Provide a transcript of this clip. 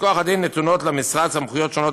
מכוח הדין נתונות למשרד סמכויות שונות,